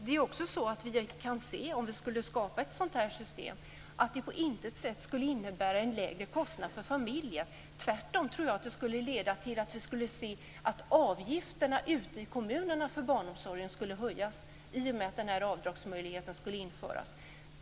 Vi kan också se att om vi skapar ett sådant här system innebär det inte alls en lägre kostnad för familjer. Tvärtom leder det till att utgifterna för barnomsorgen ute i kommunerna kan höjas i och med att denna avdragsmöjlighet införs.